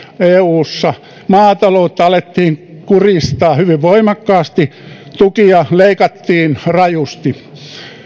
eussa maataloutta alettiin kuristaa hyvin voimakkaasti tukia leikattiin rajusti